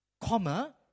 comma